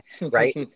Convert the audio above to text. Right